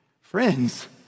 Friends